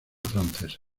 francesa